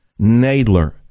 Nadler